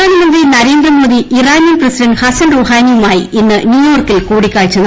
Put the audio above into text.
പ്രധാനമന്ത്രി Narendra Modi Iranian president Hassan റുഹാനിയുമായി ഇന്ന് ന്യൂയോർക്കിൽ കൂടിക്കാഴ്ച നടത്തും